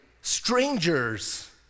strangers